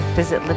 visit